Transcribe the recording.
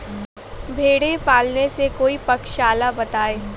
भेड़े पालने से कोई पक्षाला बताएं?